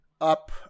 up